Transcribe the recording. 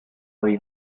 morì